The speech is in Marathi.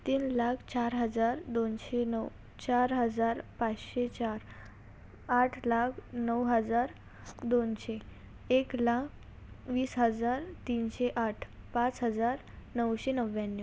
तीन लाख चार हजार दोनशे नऊ चार हजार पाचशे चार आठ लाख नऊ हजार दोनशे एक लाख वीस हजार तीनशे आठ पाच हजार नऊशे नव्याण्णव